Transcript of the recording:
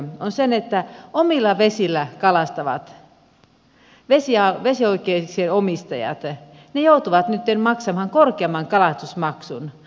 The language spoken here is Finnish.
se on se että omilla vesillä kalastavat vesioikeuksien omistajat joutuvat nytten maksamaan korkeamman kalastusmaksun